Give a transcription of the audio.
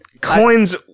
coins